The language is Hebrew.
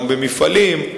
גם במפעלים,